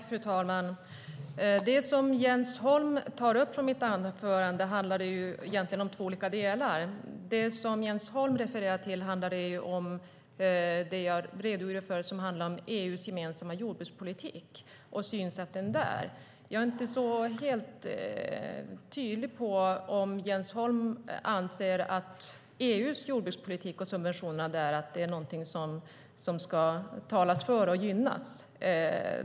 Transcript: Fru talman! Det som Jens Holm tar upp från mitt anförande handlar egentligen om två olika delar. Jens Holm refererar till det jag redogjorde för om EU:s gemensamma jordbrukspolitik och synsätten där. Jag är inte helt klar över om Jens Holm anser att EU:s jordbrukspolitik och subventionerna där är någonting som ska talas för och gynnas.